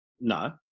No